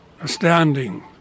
astounding